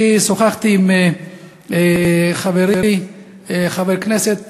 אני שוחחתי עם חברי חבר הכנסת